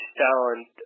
talent